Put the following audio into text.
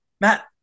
Matt